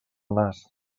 nas